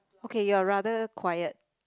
okay you are rather quiet